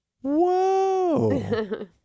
Whoa